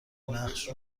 نقش